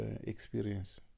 experience